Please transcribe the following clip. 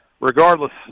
regardless